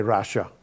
Russia